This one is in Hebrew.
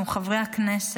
חברי הכנסת,